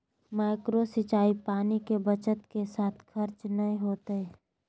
micro सिंचाई पानी के बचत के साथ खर्च नय होतय